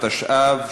התשע"ו,